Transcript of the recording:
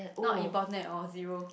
not important at all zero